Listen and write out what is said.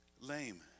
lame